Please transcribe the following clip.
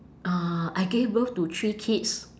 uh I gave birth to three kids